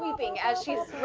sweeping as she's